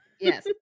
Yes